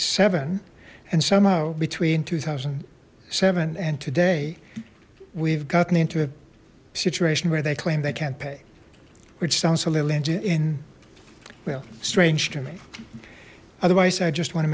seven and somehow between two thousand and seven and today we've gotten into a situation where they claim they can't pay which sounds a little engine in well strange to me otherwise i just want to